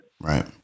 Right